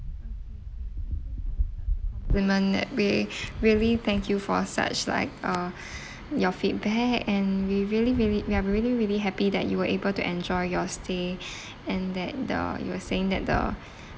compliment that way really thank you for such like uh your feedback and we really really we're really really happy that you were able to enjoy your stay and that the you were saying that the